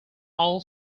all